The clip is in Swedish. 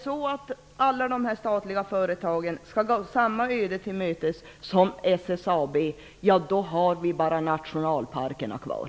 Skall alla dessa statliga företag gå samma öde till mötes som SSAB, har vi snart bara nationalparkerna kvar.